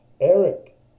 Eric